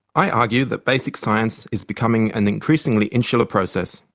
i argue that basic science is becoming an increasingly insular process,